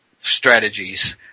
strategies